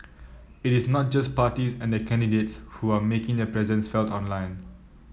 it is not just parties and candidates who are making their presence felt online